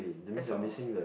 that's all